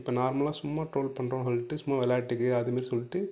இப்போ நார்மலாக சும்மா ட்ரோல் பண்ணுறோம் சொல்லிட்டு சும்மா விளையாட்டுக்கு அதுமாரி சொல்லிட்டு